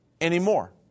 anymore